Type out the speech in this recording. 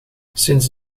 sinds